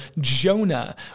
Jonah